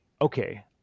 Okay